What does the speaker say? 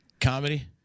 comedy